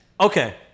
Okay